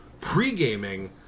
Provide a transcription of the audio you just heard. pre-gaming